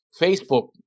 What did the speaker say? Facebook